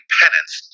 penance